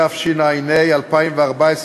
התשע"ה 2014,